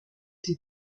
die